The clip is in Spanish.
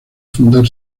fundar